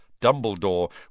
Dumbledore